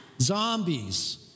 Zombies